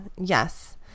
Yes